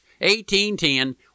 1810